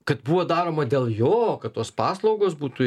kad buvo daroma dėl jo kad tos paslaugos būtų